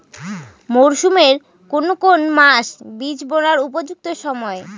মরসুমের কোন কোন মাস বীজ বোনার উপযুক্ত সময়?